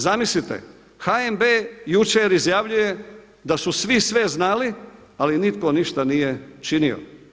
Zamislite HNB jučer izjavljuje da su svi sve znali ali nitko ništa nije činio.